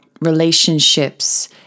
relationships